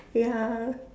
ya